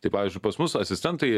tai pavyzdžiui pas mus asistentai